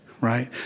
right